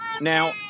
now